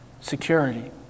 Security